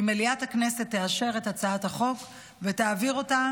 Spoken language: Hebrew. אני מבקשת כי מליאת הכנסת תאשר את הצעת החוק ותעביר אותה